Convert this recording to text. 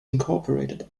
incorporated